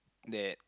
that